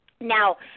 Now